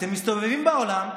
אתם מסתובבים בעולם,